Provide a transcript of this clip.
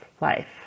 life